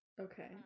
Okay